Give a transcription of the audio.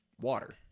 water